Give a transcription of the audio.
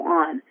on